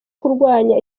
kurwanya